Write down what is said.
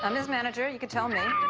um his manager, you can tell me.